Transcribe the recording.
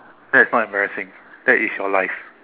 that's not embarrassing that is your life